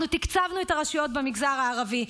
אנחנו תקצבנו את הרשויות במגזר הערבי,